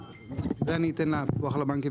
אתן לפיקוח על הבנקים.